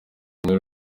nkuru